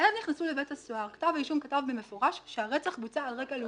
כשהם נכנסו לבית הסוהר כתב האישום כתב במפורש שהרצח בוצע על רקע לאומני,